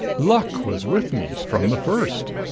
luck was with me from the first.